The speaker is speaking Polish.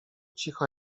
cicho